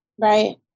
Right